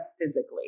physically